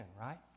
right